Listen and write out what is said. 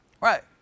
Right